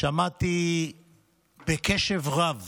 שמעתי בקשב רב